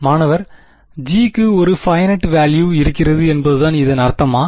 மாணவர் G கு ஒரு பைனைட் வேலுயூ இருக்கிறது என்பதுதான் இதன் அர்த்தமா